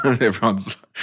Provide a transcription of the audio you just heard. everyone's –